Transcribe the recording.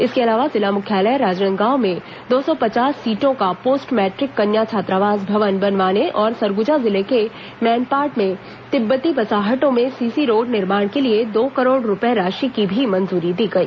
इसके अलावा जिला मुख्यालय राजनांदगांव में दो सौ पचास सीटों का पोस्ट मैट्रिक कन्या छात्रावास भवन बनवाने और सरगुजा जिर्ल के मैनपाट में तिब्बती बसाहटों में सीसी रोड निर्माण के लिए दो करोड़ रूपए राशि की भी मंजूरी दी गई